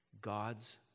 God's